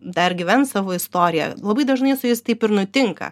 dar gyvens savo istoriją labai dažnai su jais taip ir nutinka